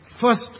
first